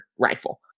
rifle